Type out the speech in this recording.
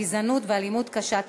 גזענות ואלימות קשה כלפיהם.